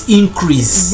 increase